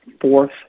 fourth